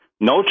No